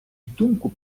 думку